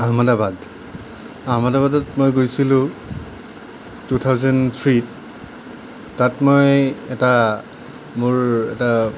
আহমেদাবাদ আহমেদাবাদত মই গৈছিলোঁ টু থাউজেণ্ড থ্ৰীত তাত মই এটা মোৰ এটা